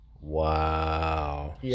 Wow